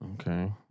Okay